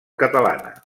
catalana